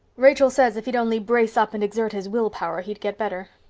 rachel says if he'd only brace up and exert his will power he'd get better.